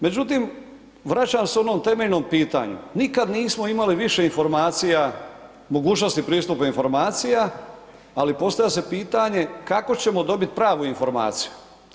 Međutim, vraćam se onom temeljnom pitanju nikad nismo imali više informacija, mogućnosti pristupa informacija, ali postavlja se pitanje kako ćemo dobiti pravu informaciju.